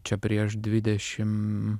čia prieš dvidešim